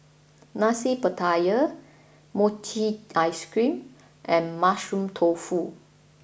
Nasi Pattaya Mochi Ice Ceam and Mushroom Tofu